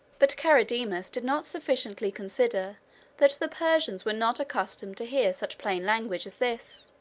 but charidemus did not sufficiently consider that the persians were not accustomed to hear such plain language as this.